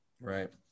Right